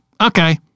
okay